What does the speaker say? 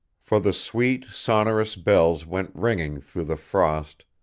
for the sweet, sonorous bells went ringing through the frost,